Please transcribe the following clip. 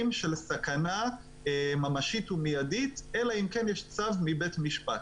של סכנה ממשית ומיידית אלא אם כן יש צו מבית משפט.